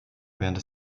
während